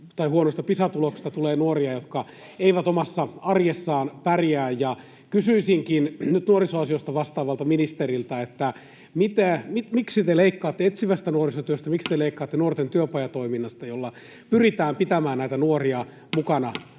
huonoilla Pisa-tuloksilla tulee nuoria, jotka eivät omassa arjessaan pärjää. Kysyisinkin nyt nuorisoasioista vastaavalta ministeriltä: miksi te leikkaatte etsivästä nuorisotyöstä, miksi te leikkaatte nuorten työpajatoiminnasta, joilla myös osaltaan pyritään pitämään näitä nuoria